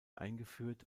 eingeführt